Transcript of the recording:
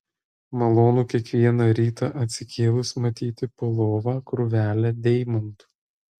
malonu kiekvieną rytą atsikėlus matyti po lova krūvelę deimantų